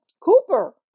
Cooper